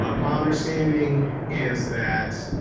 um my understanding is that.